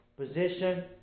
position